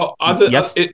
yes